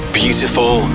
beautiful